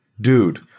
Dude